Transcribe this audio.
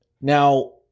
Now